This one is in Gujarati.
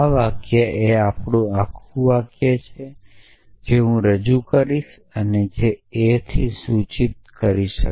આ વાક્ય એ આપણું આખું વાક્ય છે જે હું રજૂ કરીશ અને જે a થી સૂચિત કરીશ